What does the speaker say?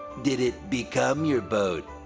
did it become your boat?